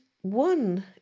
one